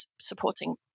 supporting